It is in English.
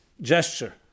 gesture